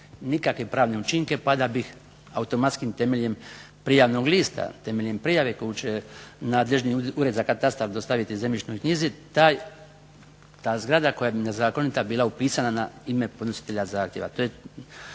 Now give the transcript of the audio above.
nikakve pravne učinke pa da bi automatski temeljem prijavnog lista, temeljem prijave koju će nadležni ured za katastar dostaviti zemljišnoj knjizi, ta zgrada koja je nezakonito bila upisana na ime podnositelja zahtjeva.